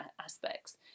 aspects